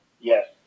Yes